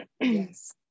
Yes